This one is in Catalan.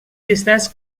llistats